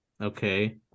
okay